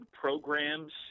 programs